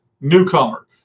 newcomer